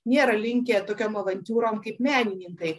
nėra linkę tokiom avantiūrom kaip menininkai